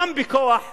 גם בכוח צבאי,